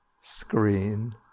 screen